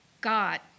God